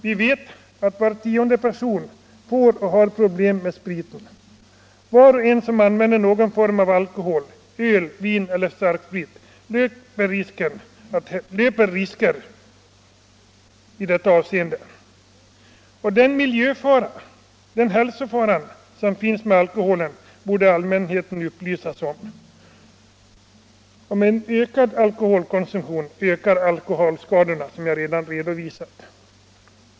Vi vet att var tionde person får och har problem med spriten. Var och en som använder någon form av alkohol, öl, vin eller starksprit, löper risker i detta avseende. Den miljöfara och den hälsofara som är förenad med alkoholen borde allmänheten upplysas om. Med en ökad alkoholkonsumtion ökar alkholskadorna, som jag redan redovisat.